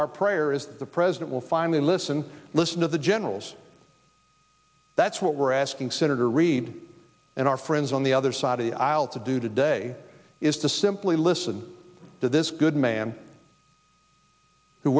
our prayer is that the president will finally listen listen to the generals that's what we're asking senator reid and our friends on the other side of the aisle to do today is to simply listen to this good man who